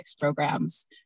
programs